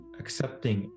accepting